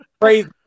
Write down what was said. crazy